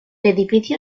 edificio